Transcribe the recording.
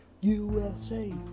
USA